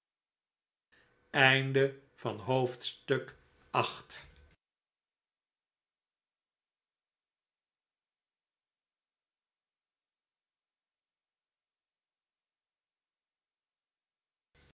tuin van het